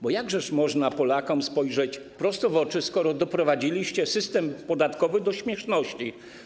Bo jakżeż można Polakom spojrzeć prosto w oczy, skoro doprowadziliście system podatkowy do śmieszności?